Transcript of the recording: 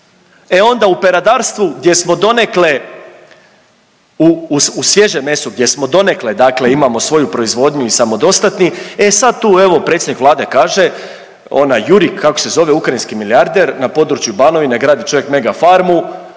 E onda u peradarstvu gdje smo donekle, u svježem mesu gdje smo donekle dakle imamo svoju proizvodnju i samodostatni e sad tu evo predsjednik Vlade kaže onaj Jurij kako se zove ukrajinski milijarder na području Banovine gradi čovjek mega farmu,